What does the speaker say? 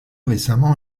récemment